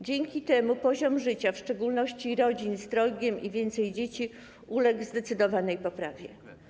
Dzięki temu poziom życia, w szczególności rodzin z trojgiem i więcej dzieci, uległ zdecydowanej poprawie.